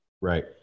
Right